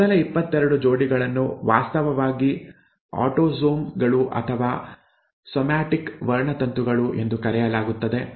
ಮೊದಲ 22 ಜೋಡಿಗಳನ್ನು ವಾಸ್ತವವಾಗಿ ಆಟೋಸೋಮ್ ಗಳು ಅಥವಾ ಸೊಮ್ಯಾಟಿಕ್ ವರ್ಣತಂತುಗಳು ಎಂದು ಕರೆಯಲಾಗುತ್ತದೆ